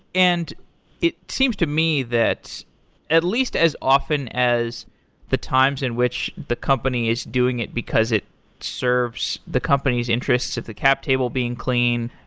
and it seems to me that at least as often as the times in which the company is doing it, because it serves the company's interest of the cap table being clean.